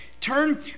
Turn